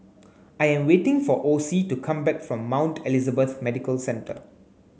I am waiting for Ocie to come back from Mount Elizabeth Medical Centre